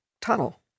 tunnel